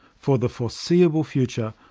for the foreseeable future,